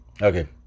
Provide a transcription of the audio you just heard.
Okay